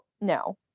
no